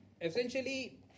essentially